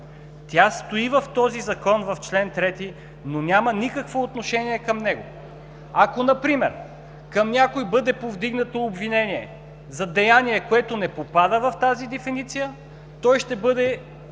Тя стои в този Закон в чл. 3, но няма никакво отношение към него. Ако например към някой бъде повдигнато обвинение за деяние, което не попада в тази дефиниция, той ще бъде